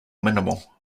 minimal